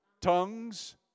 Tongues